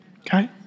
okay